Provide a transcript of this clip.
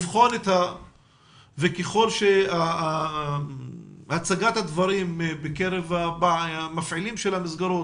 וככל שהצגת הדברים בקרב המפעילים של המסגרות